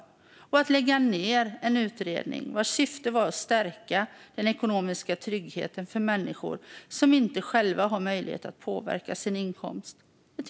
Jag tycker att det är ett svek när man lägger ned en utredning vars syfte var att stärka den ekonomiska tryggheten för människor som inte själva har möjlighet att påverka sin inkomst.